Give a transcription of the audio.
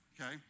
okay